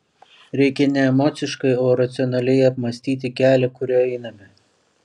reikia ne emociškai o racionaliai apmąstyti kelią kuriuo einame